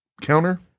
counter